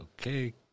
Okay